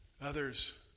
others